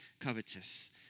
covetous